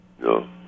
no